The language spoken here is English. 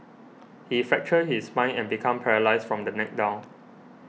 he fractured his spine and became paralysed from the neck down